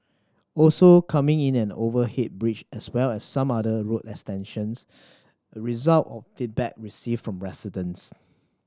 also coming in an overhead bridge as well as some other road extensions a result of feedback received from residents